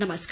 नमस्कार